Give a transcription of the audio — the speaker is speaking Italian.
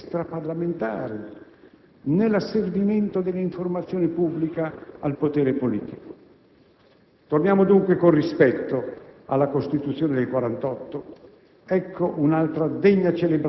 né la prassi delle crisi extraparlamentari, né l'asservimento dell'informazione pubblica al potere politico. Torniamo dunque con rispetto alla Costituzione del 1948,